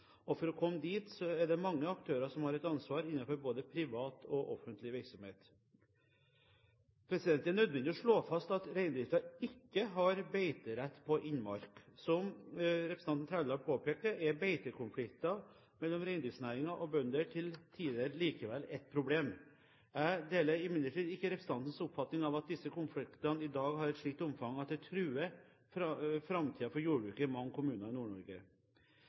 For å komme dit er det mange aktører som har et ansvar, innenfor både privat og offentlig virksomhet. Det er nødvendig å slå fast at reindriften ikke har beiterett på innmark. Som representanten Trældal påpekte, er beitekonflikter mellom reindriftsnæringen og bønder til tider likevel et problem. Jeg deler imidlertid ikke representantens oppfatning av at disse konfliktene i dag har et slikt omfang at det truer framtiden for jordbruket i mange kommuner i